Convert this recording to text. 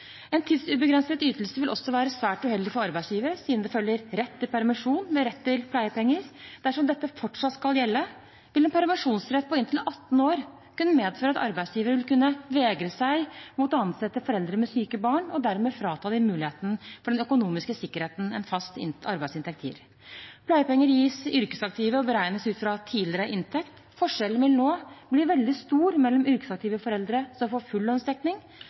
En tidsubegrenset ytelse vil også være svært uheldig for arbeidsgivere, siden det følger rett til permisjon med rett til pleiepenger. Dersom dette fortsatt skal gjelde, vil en permisjonsrett på inntil 18 år kunne medføre at arbeidsgivere vil kunne vegre seg mot å ansette foreldre med syke barn og dermed frata dem muligheten for den økonomiske sikkerheten en fast arbeidsinntekt gir. Pleiepenger gis yrkesaktive og beregnes ut fra tidligere inntekt. Forskjellen vil nå bli veldig stor mellom yrkesaktive foreldre som får full lønnsdekning